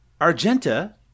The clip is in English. Argenta